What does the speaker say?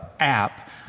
app